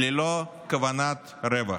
ללא כוונת רווח,